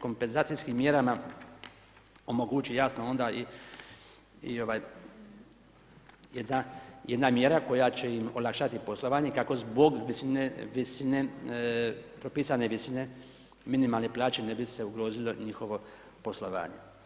kompenzacijskim mjerama omogući jasno onda i jedna mjera koja će im olakšati poslovanje kako zbog visine, propisane visine minimalne plaće ne bi se ugrozile u njihovo poslovanje.